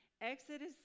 Exodus